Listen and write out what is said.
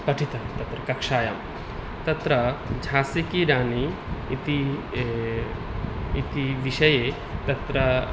पठितः तत्र कक्षायां तत्र झासि कि राणि इति इति विषये तत्र